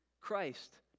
Christ